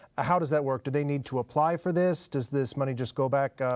how does that work? do they need to apply for this? does this money just go back?